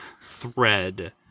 thread